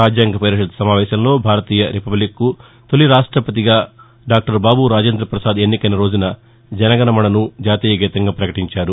రాజ్యాంగ పరిషత్తు సమావేశంలో భారతీయ రిపబ్లిక్కు తాలి రాష్టపతిగా డాక్టర్ బాబూ రాజేంద్ర పసాద్ ఎన్నికైన రోజున జనగణమనను జాతీయ గీతంగా పకటించారు